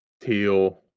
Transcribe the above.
teal